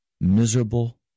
miserable